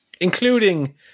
including